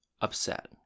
upset